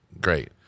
great